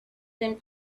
them